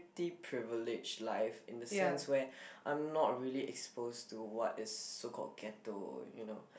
~tty privileged life in the sense where I'm not really exposed to what is so called ghetto you know